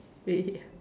really ah